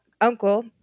uncle